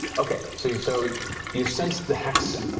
okay, so so you've sensed the hex